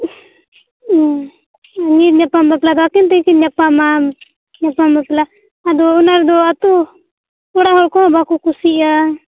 ᱧᱤᱨ ᱧᱟᱯᱟᱢ ᱵᱟᱯᱞᱟ ᱫᱚ ᱟᱹᱠᱤᱱ ᱛᱮᱜᱮ ᱠᱤᱱ ᱧᱟᱯᱟᱢᱟ ᱧᱟᱯᱟᱢ ᱵᱟᱯᱞᱟ ᱟᱫᱚ ᱚᱱᱟ ᱨᱮᱫᱚ ᱟᱛᱳ ᱢᱚᱬᱮ ᱦᱚᱲ ᱠᱚᱦᱚᱸ ᱵᱟᱠᱚ ᱠᱩᱥᱤᱜᱼᱟ